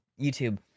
YouTube